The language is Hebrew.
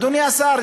אדוני השר,